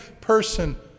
person